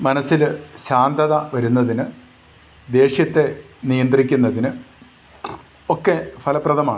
മനസ്സിൽ ശാന്തത വരുന്നതിന് ദേഷ്യത്തെ നിയന്ത്രിക്കുന്നതിന് ഒക്കെ ഫലപ്രദമാണ്